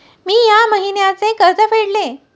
मी या महिन्याचे कर्ज फेडले